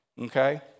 okay